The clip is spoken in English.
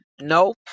no